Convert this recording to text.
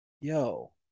yo